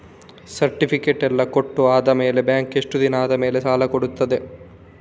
Certificate ಎಲ್ಲಾ ಕೊಟ್ಟು ಆದಮೇಲೆ ಬ್ಯಾಂಕ್ ಎಷ್ಟು ದಿನ ಆದಮೇಲೆ ಸಾಲ ಕೊಡ್ತದೆ?